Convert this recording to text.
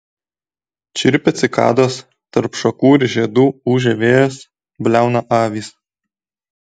čirpia cikados tarp šakų ir žiedų ūžia vėjas bliauna avys